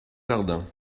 jardin